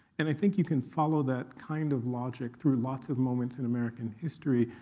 and i think you can follow that kind of logic through lots of moments in american history.